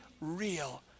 real